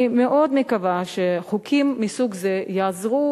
אני מאוד מקווה שחוקים מסוג זה יעזרו